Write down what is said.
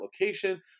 location